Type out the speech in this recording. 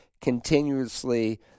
continuously